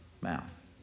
mouth